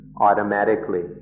automatically